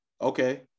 Okay